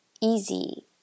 easy